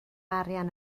arian